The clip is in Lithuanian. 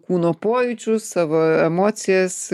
kūno pojūčius savo emocijas